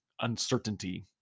uncertainty